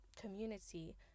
community